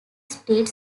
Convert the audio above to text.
street